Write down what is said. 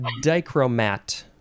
dichromat